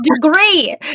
degree